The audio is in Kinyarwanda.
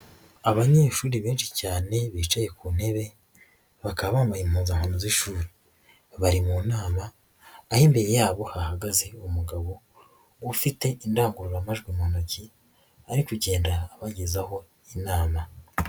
Abanyeshuri benshi cyane bicaye ku ntebe bakaba bambaye impuzankano z'ishuri, bari mu nama aho imbere yabo hahagaze umugabo ufite indangururamajwi mu ntoki ari kugenda abagezaho inama.